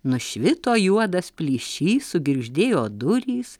nušvito juodas plyšys sugirgždėjo durys